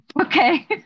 okay